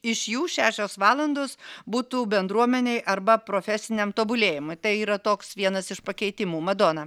iš jų šešios valandos būtų bendruomenei arba profesiniam tobulėjimui tai yra toks vienas iš pakeitimų madona